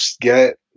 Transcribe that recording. get